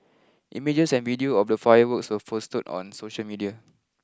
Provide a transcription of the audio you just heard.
images and video of the fireworks were posted on social media